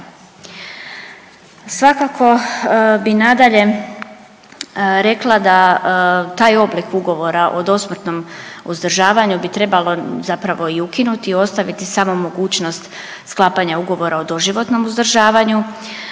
Svakako bi nadalje rekla da taj oblik ugovora o dosmrtnom uzdržavanju bi trebalo zapravo i ukinuti i ostaviti samo mogućnost sklapanja ugovora o doživotnom uzdržavanju